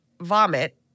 vomit